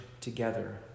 Together